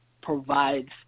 provides